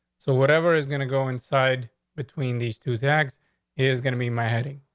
so whatever is going to go inside between these two exact is going to be my heading.